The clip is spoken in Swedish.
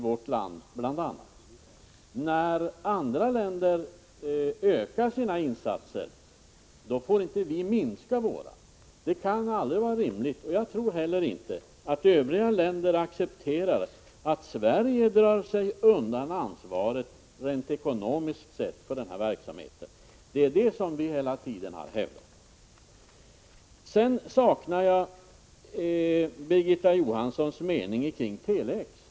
Då andra länder ökar sina insatser får inte vi minska våra. Detta kan aldrig vara rimligt! Jag tror heller inte att övriga länder accepterar att Sverige drar sig undan det ekonomiska ansvaret för denna verksamhet. Det är detta som vi hela tiden har hävdat. Jag saknar också Birgitta Johanssons mening om Tele-X-projektet.